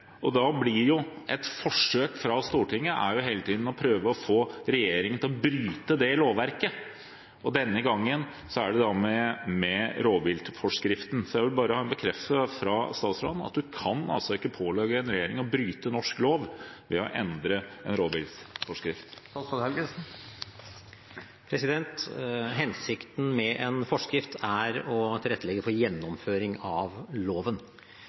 Et forsøk fra Stortinget er hele tiden å prøve å få regjeringen til å bryte det lovverket. Denne gangen er det rovviltforskriften. Jeg vil bare ha en bekreftelse fra statsråden på at man ikke kan pålegge en regjering å bryte norsk lov ved å endre en rovviltforskrift. Hensikten med en forskrift er å tilrettelegge for gjennomføring av loven.